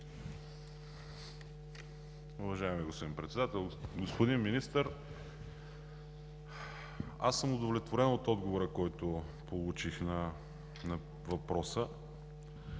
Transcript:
Уважаеми господин Председател! Господин Министър, удовлетворен съм от отговора, който получих на въпроса,